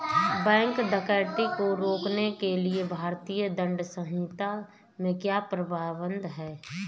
bank डकैती को रोकने के लिए भारतीय दंड संहिता में क्या प्रावधान है